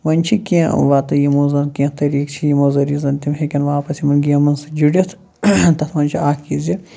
وۄنۍ چھِ کینٛہہ وَتہٕ یِمو زَن کینٛہہ طٔریٖقہٕ چھِ یِمو ذٔریعہِ زَن تِم ہیٚکن واپَس یِمَن گیمَن سۭتۍ جُڑِتھ تَتھ منٛز چھِ اَکھ یہِ زِ